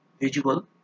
visual